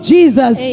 Jesus